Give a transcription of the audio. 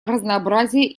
разнообразие